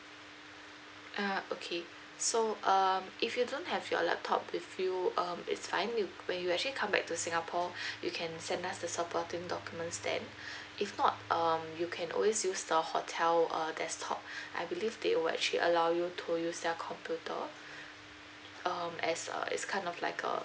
ah okay so um if you don't have your laptop with you um it's fine you when you actually come back to singapore you can send us the supporting documents then if not um you can always use the hotel err desktop I believe they will actually allow you to use their computer um as a it's kind of like a